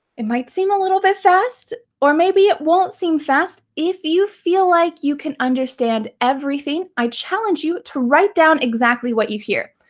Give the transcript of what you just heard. it might seem a little bit fast, or maybe it won't seem fast. if you feel like you can understand everything i challenge you to write down exactly what you hear,